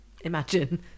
imagine